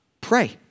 Pray